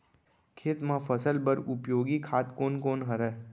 खेत म फसल बर उपयोगी खाद कोन कोन हरय?